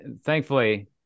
thankfully